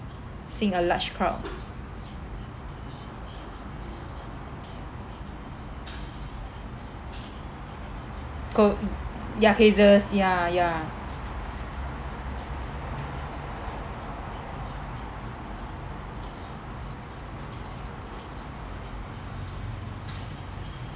seeing a large crowd co~ ya cases ya ya